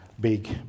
big